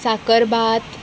साकरभात